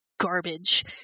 garbage